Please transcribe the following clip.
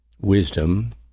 wisdom